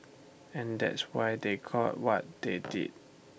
and that's why they got what they did